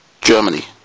Germany